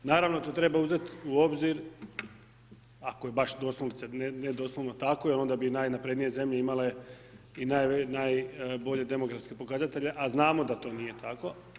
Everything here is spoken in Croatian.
Naravno to treba uzeti u obzir ako je baš doslovce, ne doslovno tako jer bi onda najnaprednije zemlje imale i najbolje demografske pokazatelje, a znamo da to nije tako.